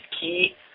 key